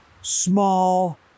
small